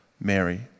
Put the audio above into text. Mary